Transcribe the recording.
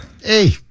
hey